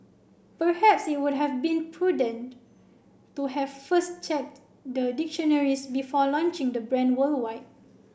perhaps it would have been prudent to have first checked the dictionaries before launching the brand worldwide